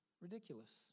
ridiculous